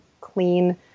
clean